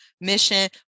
mission